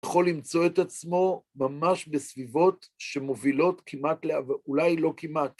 יכול למצוא את עצמו ממש בסביבות שמובילות כמעט לע... אולי לא כמעט.